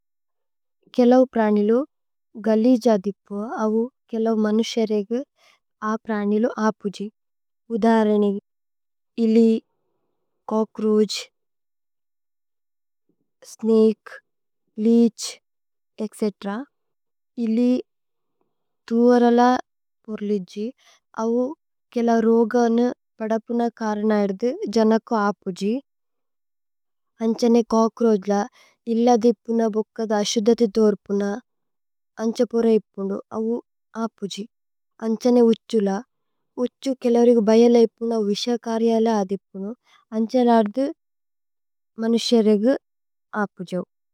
കേലൌ പ്രനിലു ഗലിജ ദിപു, അവു കേലൌ। മനുശേരേഗേ അ പ്രനിലു അപുജി ഉധരനി। ഇലി, കോക്രോജ്, സ്നിക്, ലീഛ്, ഏത്ച് ഇലി। തുവരല പുര്ലിദ്ജി അവു। കേല രോഗനു പദപുന കരനയദു ജനകോ। അപുജി അന്ഛനേ കോക്രോജ്ല ഇല്ല ദിപുന। ബുക്കദ അസുദതി തുവര്പുന അന്ഛ പുര। ഇപ്പുനു അവു അപുജി അന്ഛനേ ഉഛുല ഉഛു। കേലൌരിഗേ ബയലേ ഇപ്പുനു അവു വിശ। കരിയലേ അദിപ്പുനു അന്ഛ ലദ്ദി। മനുശേരേഗേ അപുജി।